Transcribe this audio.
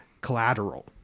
collateral